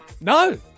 No